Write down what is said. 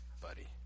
buddy